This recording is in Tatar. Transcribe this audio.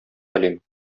телим